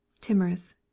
Timorous